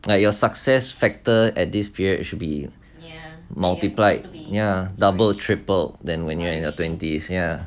like your success factor at this period should be multiplied ya double triple than when you are in your twenties ya